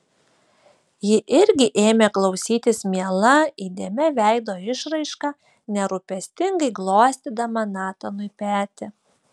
ji irgi ėmė klausytis miela įdėmia veido išraiška nerūpestingai glostydama natanui petį